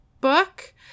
book